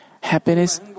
happiness